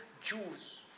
Jews